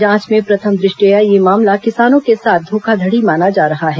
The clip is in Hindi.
जांच में प्रथम दृष्टया यह मामला किसानों के साथ धोखाधड़ी माना जा रहा है